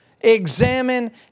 Examine